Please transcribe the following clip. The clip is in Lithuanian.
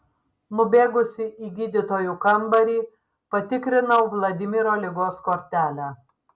nubėgusi į gydytojų kambarį patikrinau vladimiro ligos kortelę